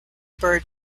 bird